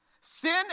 Sin